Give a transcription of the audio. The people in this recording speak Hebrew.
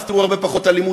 ואז תראו הרבה פחות אלימות,